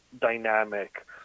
dynamic